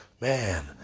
Man